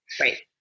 Right